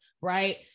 right